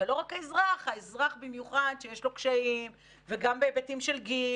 ולא רק האזרח האזרח במיוחד שיש לו קשיים וגם בהיבטים של גיל